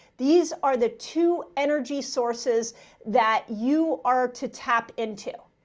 these are the two energy sources that you are to tap into.